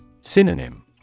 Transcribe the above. Synonym